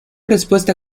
respuesta